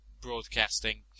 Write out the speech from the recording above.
broadcasting